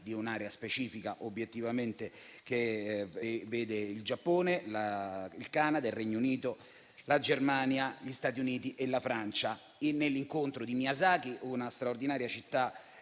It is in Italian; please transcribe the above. di un'area specifica del pianeta (che comprende il Giappone, il Canada, il Regno Unito, la Germania, gli Stati Uniti e la Francia). Nell'incontro di Miyazaki, una straordinaria città